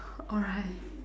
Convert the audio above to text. alright